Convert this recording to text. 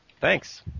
Thanks